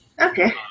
Okay